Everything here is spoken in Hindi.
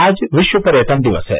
आज विश्व पर्यटन दिवस है